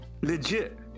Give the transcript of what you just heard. legit